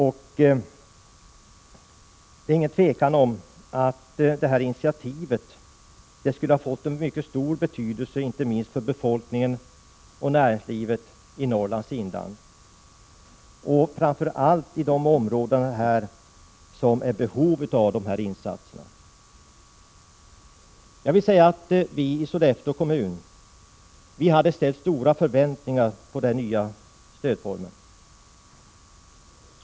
Det råder inga tvivel om att detta initiativ skulle ha fått en mycket stor betydelse, inte minst för befolkningen och näringslivet i Norrlands inland, där man framför allt är i behov av sådana insatser. Vi i Sollefteå kommun hade ställt stora förväntningar på denna nya stödform.